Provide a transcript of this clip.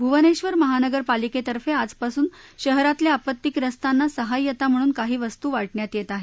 भुवनेधर महानगर पालिकेतर्फे आजपासून शहरातल्या आपत्तीप्रस्तांना सहाय्यता म्हणून काही वस्तू वाटण्यात येत आहेत